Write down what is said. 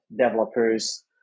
developers